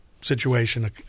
situation